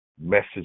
message